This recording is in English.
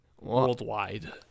worldwide